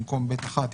במקום "(ב1)",